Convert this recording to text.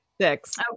Six